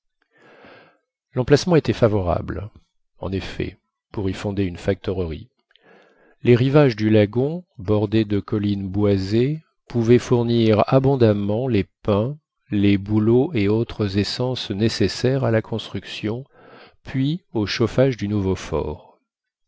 l'emplacement était favorable en effet pour y fonder une factorerie les rivages du lagon bordés de collines boisées pouvaient fournir abondamment les pins les bouleaux et autres essences nécessaires à la construction puis au chauffage du nouveau fort